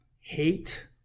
hate